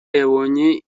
yabonye